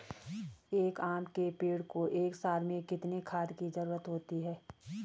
एक आम के पेड़ को एक साल में कितने खाद की जरूरत होती है?